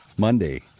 Monday